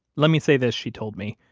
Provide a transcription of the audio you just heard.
let me say this, she told me,